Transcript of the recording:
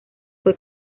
fue